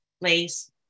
place